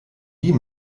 die